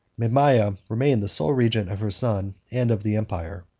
mamaea remained the sole regent of her son and of the empire.